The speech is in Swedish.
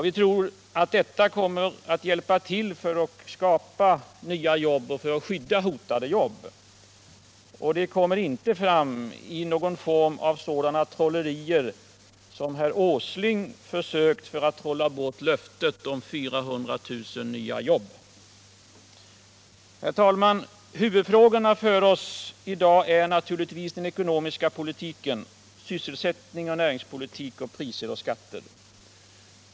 Vi tror att detta kommer att hjälpa till att skapa nya jobb och till att skydda hotade jobb. Men det kan inte ske genom sådana konster som herr Åsling försöker sig på för att trolla bort löftet om 400 000 nya jobb. Herr talman! Huvudfrågorna i dag är naturligtvis den ekonomiska politiken, sysselsättningsoch näringspolitiken, priserna och skatterna.